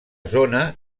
zona